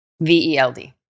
v-e-l-d